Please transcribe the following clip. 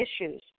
issues